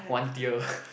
one tier